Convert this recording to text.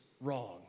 wrong